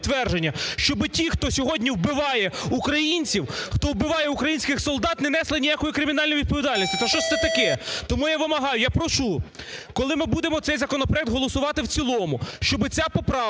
щоб ті, хто сьогодні вбиває українців, хто вбиває українських солдат, не несли ніякої кримінальної відповідальності. То що ж це таке? Тому я вимагаю, я прошу, коли ми будемо цей законопроект голосувати в цілому, щоб ця поправка